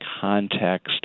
context